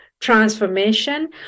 transformation